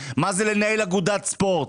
מה זה לנהל אגודת ספורט,